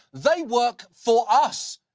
they work for us.